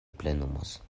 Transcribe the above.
plenumos